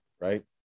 right